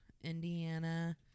Indiana